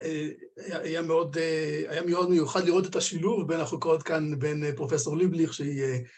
‫היה מאוד מיוחד לראות את השילוב ‫בין החוקרות כאן בין פרופ' ליבליך, ‫שהיא...